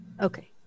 Okay